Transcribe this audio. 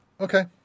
Okay